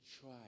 try